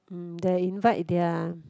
mm they invite their